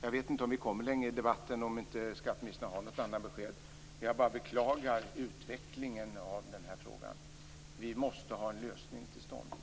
Jag vet inte om vi kommer längre i debatten om inte skatteministern har något annat besked. Jag bara beklagar utvecklingen av den här frågan. Vi måste få till stånd en lösning.